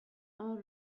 are